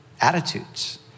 attitudes